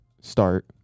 start